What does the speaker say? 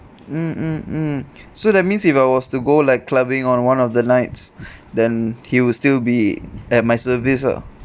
mm mm mm so that means if I was to go like clubbing on one of the nights then he will still be at my service ah